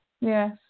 Yes